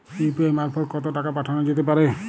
UPI মারফত কত টাকা পাঠানো যেতে পারে?